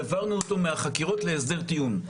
העבירו אותו מהחקירות להסדר טיעון.